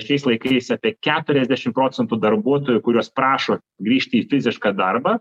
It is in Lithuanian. šiais laikais apie keturiasdešim procentų darbuotojų kuriuos prašo grįžti į fizišką darbą